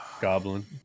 Goblin